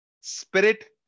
Spirit